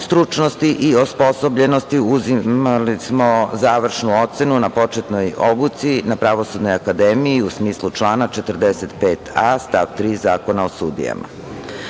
stručnosti i osposobljenosti, imali smo završnu ocenu na početnoj obuci na Pravosudnoj akademiji u smislu člana 45. a) stav 3. Zakona o sudijama. Komisija